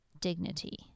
dignity